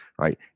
right